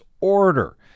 order